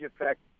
effect